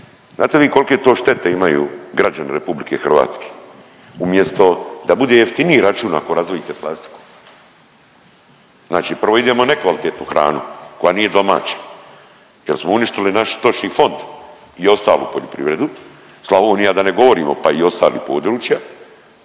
znate vi kolke to štete imaju građani RH, umjesto da bude jeftiniji račun ako razdvojite plastiku, znači prvo idemo nekvalitetnu hranu koja nije domaća jel smo uništili naš stočni fond i ostalu poljoprivredu, Slavonija da ne govorim, pa i ostalih područja